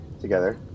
together